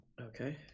okay